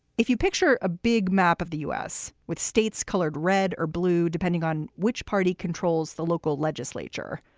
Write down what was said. if you picture a big map of the u s. with states colored red or blue, depending on which party controls the local legislature,